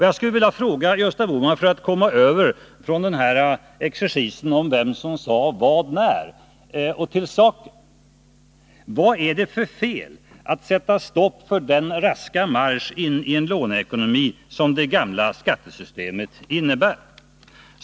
Jag skulle vilja fråga Gösta Bohman, för att komma över från den här exercisen om vem som sade vad när och till saken: Vad är det för fel att sätta stopp för den raska marsch in i en låneekonomi som det gamla skattesystemet innebär?